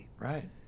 Right